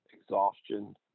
exhaustion